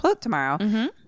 tomorrow